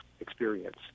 experience